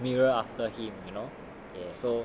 they they just mirror after him you know